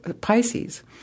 Pisces